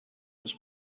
his